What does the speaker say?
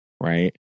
right